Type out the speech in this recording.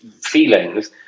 feelings